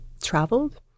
traveled